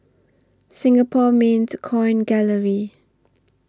Singapore Mint Coin Gallery